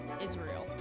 Israel